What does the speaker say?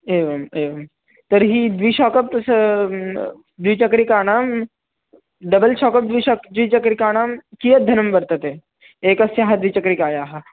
एवम् एवं तर्हि द्विशाकप्स् द्विचक्रिकाणां डबल् शाकब्स् द्विशक् द्विकक्रिकाणां कियद्धनं वर्तते एकस्याः द्विचक्रिकायाः